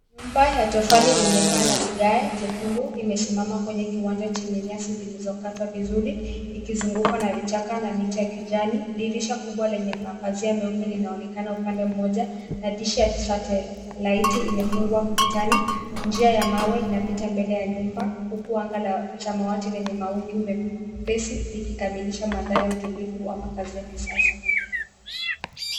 Nyumba ya tofali yenye pana vigae jekundu imesimama kwenye kiwanja chenye nyasi zilizokatwa vizuri ikizungukwa na vichaka na miti ya kijani, dirisha kubwa lenye mapazia meupe linaonekana upande mmoja na dirisha ya satellite imefungwa ukutani ,njia ya mawe inapita mbele ya nyumba huku anga la samawati lenye mawingu mepesi likikamilisha mandhari ya utulivu wa makazi ya kisasa.